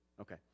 Okay